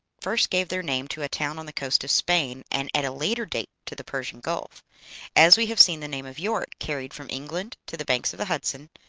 first gave their name to a town on the coast of spain, and at a later date to the persian gulf as we have seen the name of york carried from england to the banks of the hudson,